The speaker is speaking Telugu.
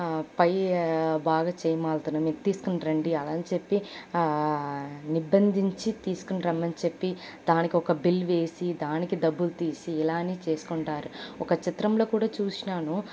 పై బాగా చెయమాల్తును మీరు తీస్కోని రండీ అలాని చెప్పి నిర్బంధించి తీస్కొనిరమ్మని చెప్పి దానికొక బిల్ వేసి దానికి డబ్బులుతీసి ఇలాని చేస్కుంటారు ఒక చిత్రంలో కూడా చూసాను